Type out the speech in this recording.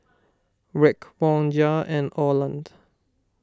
Raekwon Jair and Orland